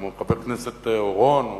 כמו חבר הכנסת אורון,